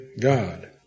God